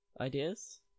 ideas